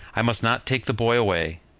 i must not take the boy away,